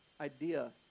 idea